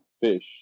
fish